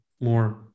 more